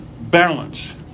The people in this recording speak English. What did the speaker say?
balance